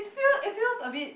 it feels it feels a bit